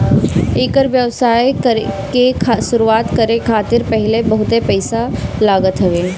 एकर व्यवसाय के शुरुआत करे खातिर पहिले बहुते पईसा लागत हवे